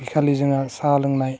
बि खालि जोंहा साहा लोंनाय